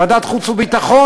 ועדת חוץ וביטחון.